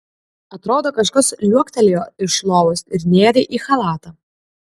atrodo kažkas liuoktelėjo iš lovos ir nėrė į chalatą